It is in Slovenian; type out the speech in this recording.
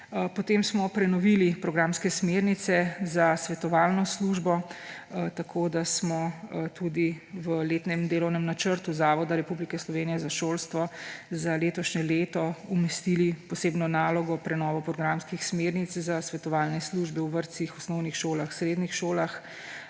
Potem smo prenovili programske smernice za svetovalno službo, tako da smo tudi v letnem delovnem načrtu Zavoda Republike Slovenije za šolstvo za letošnje leto umestili posebno nalogo prenovo programskih smernic za svetovalne službe v vrtcih, osnovnih šolah, srednjih šolah,